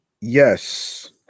yes